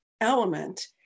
element